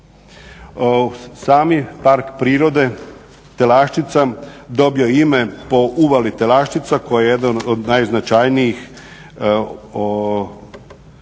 Sam Parka prirode Telaščica dobio je ime po uvali Telaščica koja je jedna od najznačajnijih sadržaja